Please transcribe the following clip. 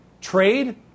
trade